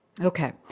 Okay